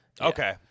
Okay